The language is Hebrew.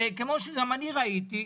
כמו שגם אני ראיתי,